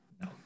No